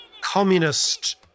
communist